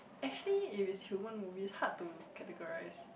actually it is human movie hard to categories